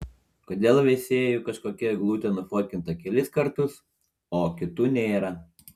kodėl veisiejų kažkokia eglutė nufotkinta kelis kartus o kitų nėra